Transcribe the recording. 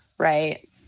Right